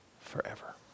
forever